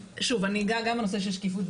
אני אגע גם בנושא של שקיפות,